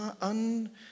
un-